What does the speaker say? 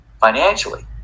financially